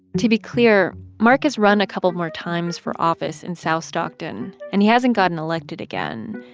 to be clear, mark has run a couple more times for office in south stockton, and he hasn't gotten elected again.